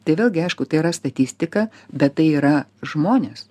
tai vėlgi aišku tai yra statistika bet tai yra žmonės